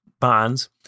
bonds